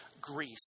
grief